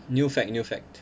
new fact new fact